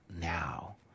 now